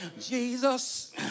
Jesus